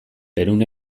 perun